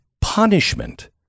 punishment